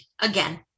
again